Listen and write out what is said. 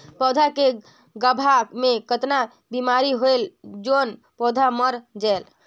पौधा के गाभा मै कतना बिमारी होयल जोन पौधा मर जायेल?